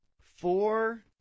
Four